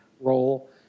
role